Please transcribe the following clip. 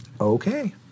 Okay